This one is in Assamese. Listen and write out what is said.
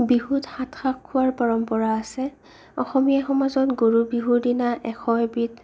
বিহুত সাত শাক খোৱাৰ পৰম্পৰা আছে অসমীয়া সমাজত গৰু বিহুৰ দিনা এশ এবিধ